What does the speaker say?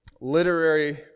literary